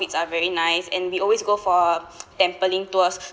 are very nice and we always go for temple-ling tours